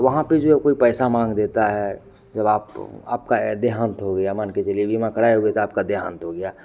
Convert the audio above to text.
वहाँ पर जो कोई पैसा माँग देता है जब आप आपका ये देहांत हो गया मान के चलिए बीमा कराए हुए थे आपका देहांत हो गया